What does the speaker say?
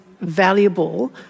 valuable